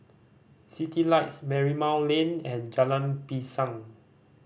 Citylights Marymount Lane and Jalan Pisang